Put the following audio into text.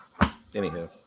anywho